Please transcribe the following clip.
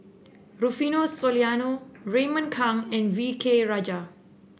Rufino Soliano Raymond Kang and V K Rajah